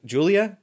Julia